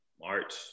March